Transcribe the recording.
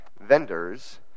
vendors